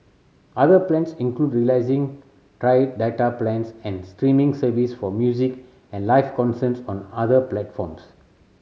other plans include releasing tiered data plans and streaming service for music and live concerts on other platforms